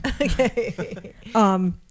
Okay